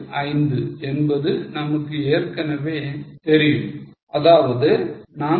875 என்பது நமக்கு ஏற்கனவே தெரியும் அதாவது 4